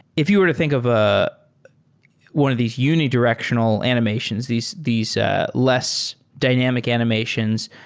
if you were to think of ah one of these unidirectional animations, these these less dynamic animations,